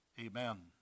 Amen